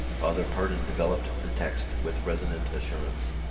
father purdon developed the text with resonant assurance.